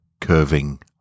curving